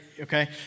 Okay